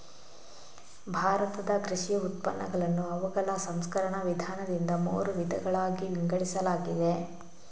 ಭಾರತದ ಕೃಷಿ ಉತ್ಪನ್ನಗಳನ್ನು ಅವುಗಳ ಸಂಸ್ಕರಣ ವಿಧಾನದಿಂದ ಮೂರು ವಿಧಗಳಾಗಿ ವಿಂಗಡಿಸಲಾಗಿದೆ